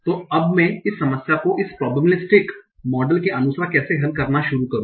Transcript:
तो अब मैं इस समस्या को इस प्रोबेबिलिस्टिक मॉडल के अनुसार कैसे हल करना शुरू करूं